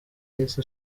yahise